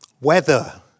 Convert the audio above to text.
Weather